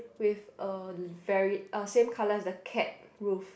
with a very uh same colour as the cat roof